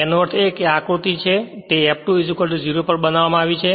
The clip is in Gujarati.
તેનો અર્થ એ કે આ કોઈપણ આકૃતિ છે તે F2 0 પર બનાવવામાં આવી છે